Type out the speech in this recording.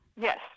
Yes